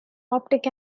optic